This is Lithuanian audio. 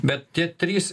bet tie trys